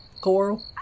coral